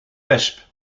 wesp